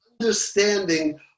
understanding